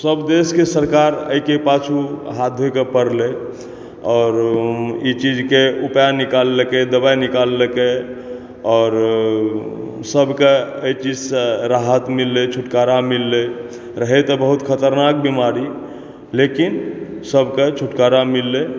सब देश के सरकार एहि के पाछूँ हाथ धोयके परलै आओर ई चीज के उपाय निकाललकै दबाइ निकाललकय आओर सबके एहि चीज़ सॅं रहत मिललै छुटकारा मिललै रहय त बहुत ख़तरनाक बीमारी लेकिन सबके छुटकारा मिललै